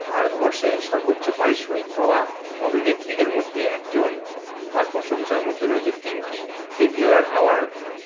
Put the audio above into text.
ভারতবর্ষের সর্বোচ্চ পারিশ্রমিক পাওয়া অভিনেত্রীদের মধ্যে একজন তার প্রশংসার মধ্যে রয়েছে তিনটি ফিল্মফেওয়ার অ্যাওয়ার্ড